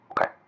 Okay